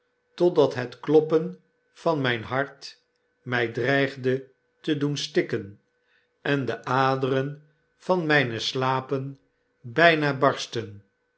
totdat het kloppen van myn hart mij dreigde te doen stikken en de aderen van mijne slapen byna barstten